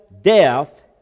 death